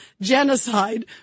genocide